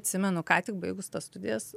atsimenu ką tik baigus studijas